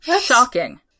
shocking